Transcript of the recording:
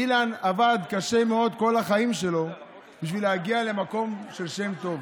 אילן עבד קשה מאוד כל החיים שלו בשביל להגיע למקום של שם טוב.